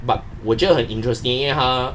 but 我觉得很 interesting 因为他